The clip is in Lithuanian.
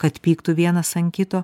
kad pyktų vienas an kito